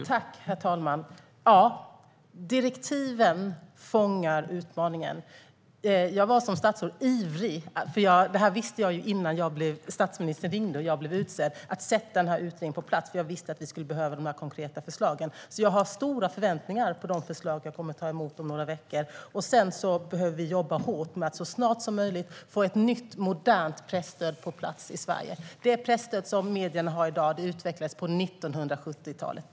Herr talman! Ja! Direktiven fångar utmaningen. Jag var ivrig att sätta denna utredning på plats, för jag visste redan innan statsministern ringde och jag blev utsedd till statsråd att vi skulle behöva de här konkreta förslagen. Jag har därför stora förväntningar på de förslag jag kommer att få ta emot om några veckor. Vi kommer att behöva jobba hårt med att så snart som möjligt få ett nytt, modernt presstöd på plats i Sverige. Det presstöd som medierna har i dag utvecklades på 1970-talet.